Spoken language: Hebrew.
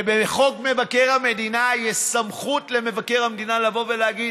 ובחוק מבקר המדינה יש סמכות למבקר המדינה לבוא ולהגיד: